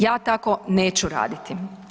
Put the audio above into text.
Ja tako neću raditi.